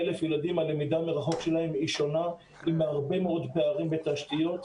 והלמידה מרחוק של 450,000 ילדים היא שונה עם הרבה מאוד פערים בתשתיות.